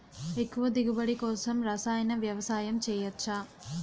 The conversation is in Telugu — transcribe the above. ఎక్కువ దిగుబడి కోసం రసాయన వ్యవసాయం చేయచ్చ?